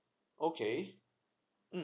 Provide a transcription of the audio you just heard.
okay mm